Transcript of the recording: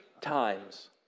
times